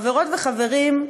חברות וחברים,